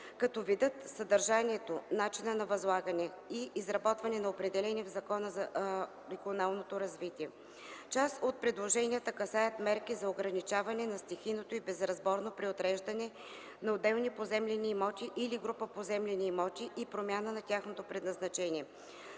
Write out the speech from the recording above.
като видът, съдържанието, начинът на възлагане и изработване са определени в Закона за регионалното развитие. Част от предложенията касаят мерки за ограничаване на стихийното и безразборно преотреждане на отделни поземлени имоти или група поземлени имоти и промяна на тяхното предназначение.